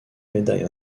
médaille